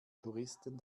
touristen